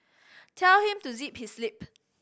tell him to zip his lip